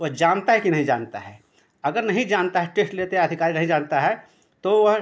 वह जानता है कि नही जानता है अगर नही जानता है टेश्ट लेते हैं अधिकारी नही जानता है तो वह